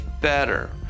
better